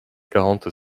quarante